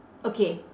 okay